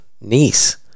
niece